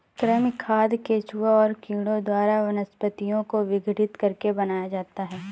कृमि खाद केंचुआ और कीड़ों द्वारा वनस्पतियों को विघटित करके बनाया जाता है